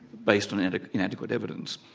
based on and inadequate evidence.